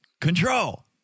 control